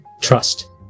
trust